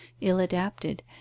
ill-adapted